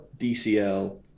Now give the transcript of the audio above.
DCL